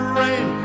rain